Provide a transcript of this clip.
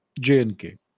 JNK